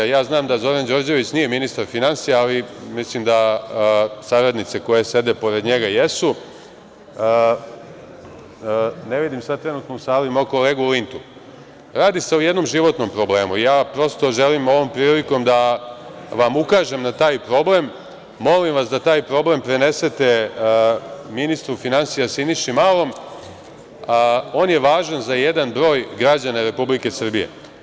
Ja znam da Zoran Đorđević nije ministar finansija, ali mislim da saradnice koje sede pored njega jesu, ne vidim sada trenutno u sali mog kolegu Lintu, radi se o jednom životnom problemu, ja prosto želim ovom prilikom da vam ukažem na taj problem, molim vas da taj problem prenesete ministru finansija, Siniši Malom, on je važan za jedan broj građana Republike Srbije.